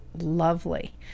lovely